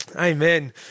Amen